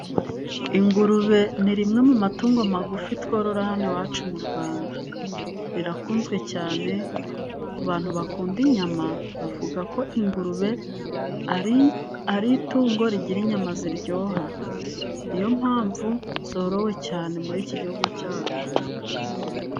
Ingurube ni rimwe mu matungo magufi tworora hano iwacu mu Rwanda, irakunzwe cyane ku bantu bakunda inyama bavuga ko ingurube ari itungo rigira inyama ziryoha niyo mpamvu zorowe cyane muri iki Gihugu cyacu.